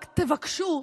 רק תבקשו,